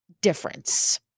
difference